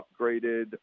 upgraded